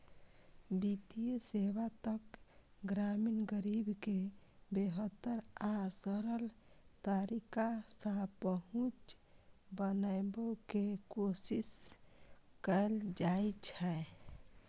वित्तीय सेवा तक ग्रामीण गरीब के बेहतर आ सरल तरीका सं पहुंच बनाबै के कोशिश कैल जाइ छै